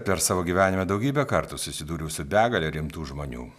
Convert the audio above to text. per savo gyvenimą daugybę kartų susidūriau su begale rimtų žmonių